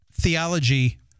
theology